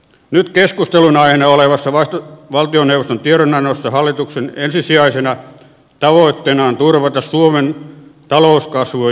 nyt keskustelun aiheena olevassa valtioneuvoston tiedonannossa hallituksen ensisijaisena tavoitteena on turvata suomen talouskasvua ja työllisyyttä